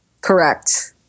Correct